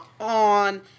on